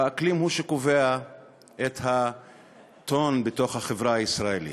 והאקלים הוא שקובע את הטון בתוך החברה הישראלית.